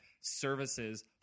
services